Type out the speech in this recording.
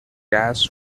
gas